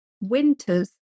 winters